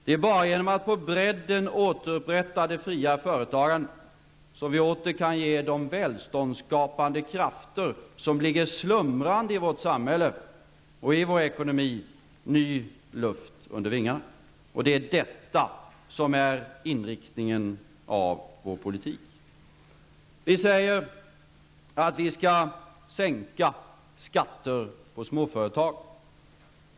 Det är bara genom att på bredden återupprätta det fria företagandet som vi åter kan ge de välståndsskapande krafter som ligger slumrande i vårt samhälle och i vår ekonomi ny luft under vingarna. Det är detta som är inriktningen på vår politik. Vi säger att vi skall sänka skatter för småföretagen.